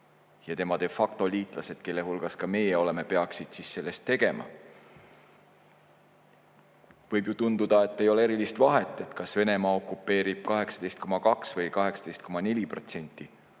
ja temade factoliitlased, kelle hulgas ka meie oleme, peaksid selleks tegema. Võib ju tunduda, et ei ole erilist vahet, kas Venemaa okupeerib 18,2% või 18,4%